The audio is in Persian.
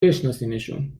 بشناسیمشون